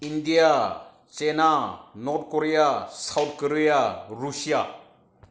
India China North Korea South Korea Russia